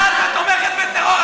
לוקחת יד ותומכת בטרור,